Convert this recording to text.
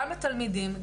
לתלמידים,